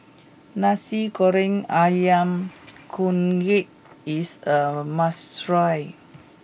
Nasi Goreng Ayam Kunyit is a must try